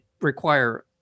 require